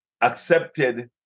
accepted